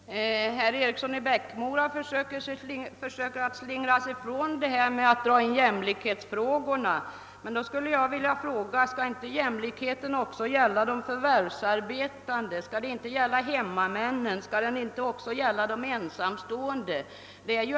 Herr talman! Herr Eriksson i Bäckmora försöker slingra sig ifrån jämlikhetsfrågorna. Skall inte jämlikheten också gälla de förvärvsarbetande, hemmamännen och de ensamstående?